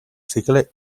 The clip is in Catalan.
cicle